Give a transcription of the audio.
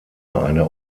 eine